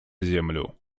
землю